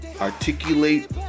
articulate